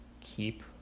keep